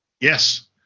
Yes